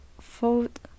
fold